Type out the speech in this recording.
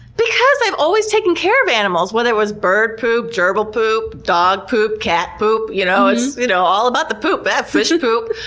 because i've always taken care of animals. whether it was bird poop, gerbil poop, dog poop, cat poop, you know, it's you know all about the poop but fish and poop.